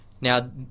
Now